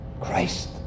Christ